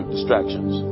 Distractions